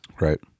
Right